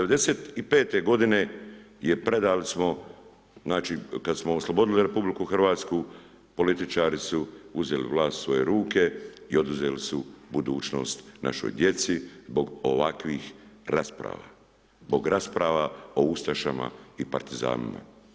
95.-te godine je predali smo, znači kad smo oslobodili RH, političari su uzeli vlast u svoje ruke i oduzeli su budućnost našoj djeci zbog ovakvih rasprava, zbog rasprava o ustašama i partizanima.